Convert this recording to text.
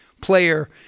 player